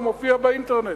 הוא מופיע באינטרנט.